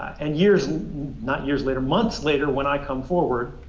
and years not years later, months later when i come forward,